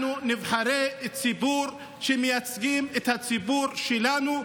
אנחנו נבחרי ציבור שמייצגים את הציבור שלנו,